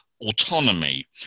autonomy